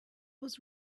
was